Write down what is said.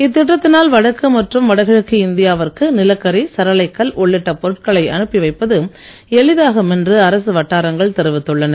இத்திட்டத்தினால் வடக்கு மற்றும் வடகிழக்கு இந்தியாவிற்கு நிலக்கரி சரளைக் கல் உள்ளிட்ட பொருட்களை அனுப்பி வைப்பது எளிதாகும் என்று அரசு வட்டாரங்கள் தெரிவித்துள்ளன